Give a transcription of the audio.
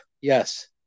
yes